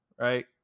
right